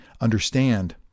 understand